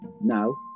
Now